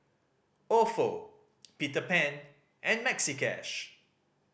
Ofo Peter Pan and Maxi Cash